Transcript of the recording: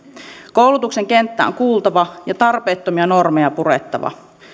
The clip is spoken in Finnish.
koulutuksen kenttää on kuultava ja tarpeettomia normeja purettava